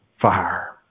fire